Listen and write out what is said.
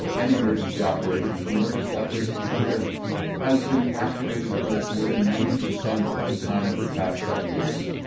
and emergency operations, the emergency operations center has been activated for more than ninety percent of the time of the past seven years,